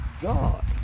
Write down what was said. God